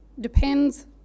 depends